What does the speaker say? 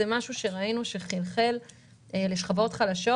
זה דבר שחלחל לשכבות חלשות,